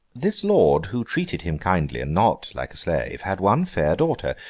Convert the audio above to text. this lord, who treated him kindly and not like a slave, had one fair daughter,